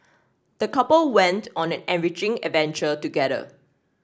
the couple went on an enriching adventure together